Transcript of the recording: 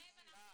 זאב,